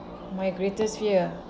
my greatest fear